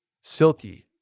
silky